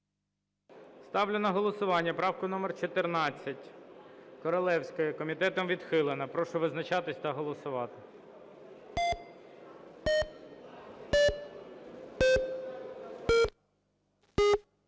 Ставлю на голосування правку 1000, Королевської. Комітетом не підтримана. Прошу визначатись та голосувати.